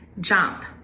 jump